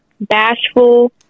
Bashful